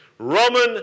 Roman